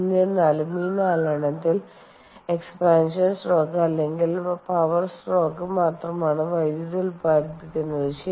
എന്നിരുന്നാലും ഈ നാലെണ്ണത്തിൽ എക്സ്പാൻഷൻ സ്ട്രോക്ക് അല്ലെങ്കിൽ പവർ സ്ട്രോക്ക് മാത്രമാണ് വൈദ്യുതി ഉൽപ്പാദിപ്പിക്കുന്നത് ശരി